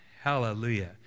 Hallelujah